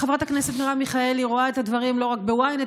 חברת הכנסת מרב מיכאלי רואה את הדברים לא רק ב-ynet,